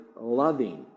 loving